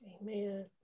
Amen